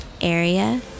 area